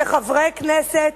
כחברי כנסת,